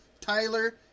Tyler